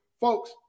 Folks